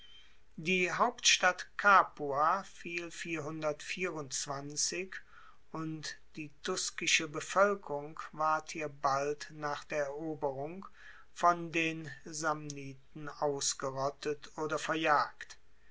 die hauptstadt capua fiel und die tuskische bevoelkerung ward hier bald nach der eroberung von den samniten ausgerottet oder verjagt